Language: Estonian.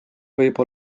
võib